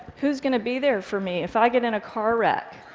who's going to be there for me if i get in a car wreck?